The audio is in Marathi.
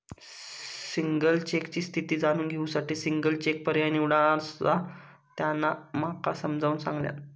सिंगल चेकची स्थिती जाणून घेऊ साठी सिंगल चेक पर्याय निवडा, असा त्यांना माका समजाऊन सांगल्यान